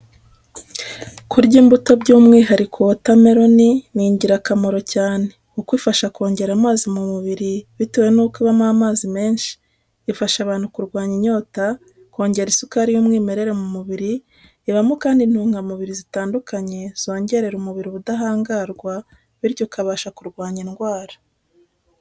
Kurya imbuto by'umwihariko wota meloni ni ingirakamaro cyane kuko ifasha kongera amazi mu mubiri bitewe n'uko ibamo amazi menshi, ifasha abantu kurwanya inyota, kongera isukari y'umwimerere mu mubiri, ibamo kandi intungamubiri zitandukanye zongerera umubiriri ubudahangarwa bityo ukabasha kurwanya indwara.